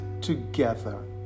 together